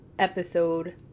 episode